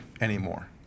anymore